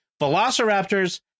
Velociraptors